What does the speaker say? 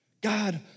God